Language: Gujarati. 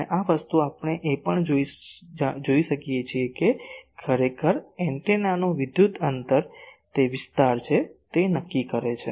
અને આ વસ્તુ આપણે એ પણ જોઇ છે કે ખરેખર એન્ટેનાનું વિદ્યુત અંતર તે વિસ્તાર છે તે નક્કી કરે છે